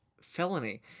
Felony